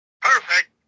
Perfect